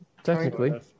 Technically